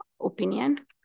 opinion